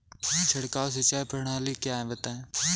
छिड़काव सिंचाई प्रणाली क्या है बताएँ?